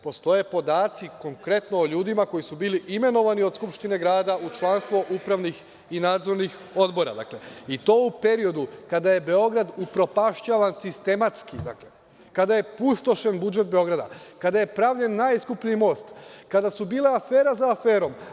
Postoje podaci konkretno o ljudima koji su bili imenovani od Skupštine grada u članstvo upravnih i nadzornih odbora, i to u periodu kada je Beograd upropašćavan sistematski, kada je pustošen budžet Beograda, kada je pravljen najskuplji most, kada su bile afera za aferom.